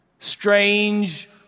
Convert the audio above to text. strange